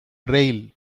rail